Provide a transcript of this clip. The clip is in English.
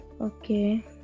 okay